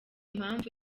mpamvu